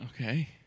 Okay